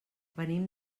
venim